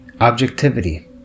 Objectivity